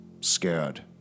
scared